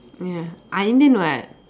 ya I Indian [what]